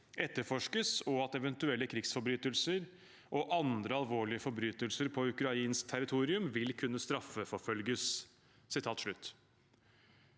etterforskes, og at eventuelle krigsforbrytelser og andre alvorlige forbrytelser på ukrainsk territorium vil kunne straffeforfølges».